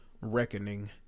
reckoning